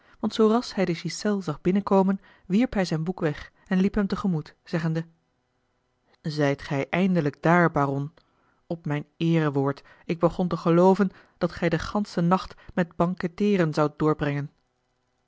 want zoo ras hij de ghiselles zag binnenkomen wierp hij zijn boek weg en liep hem te gemoet zeggende zijt gij eindelijk daar baron op mijn eerewoord ik begon te gelooven dat gij den ganschen nacht met banketteeren zoudt doorbrengen